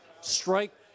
strike